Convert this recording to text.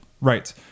Right